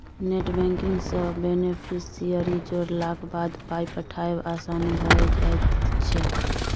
net banking सँ beneficiary जोड़लाक बाद पाय पठायब आसान भऽ जाइत छै